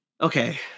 Okay